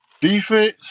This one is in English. Defense